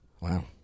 Wow